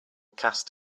cast